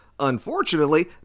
Unfortunately